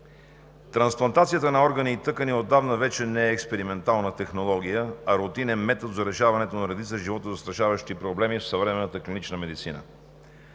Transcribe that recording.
Трансплантацията на органи и тъкани отдавна вече не е експериментална технология, а рутинен метод за решаването на редица животозастрашаващи проблеми в съвременната клинична медицина.